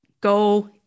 go